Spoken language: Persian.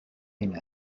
این